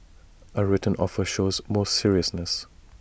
A written offer shows more seriousness